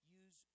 use